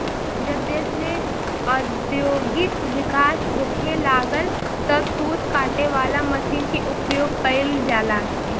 जब देश में औद्योगिक विकास होखे लागल तब सूत काटे वाला मशीन के उपयोग गईल जाला